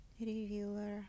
Revealer